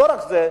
לא רק זה,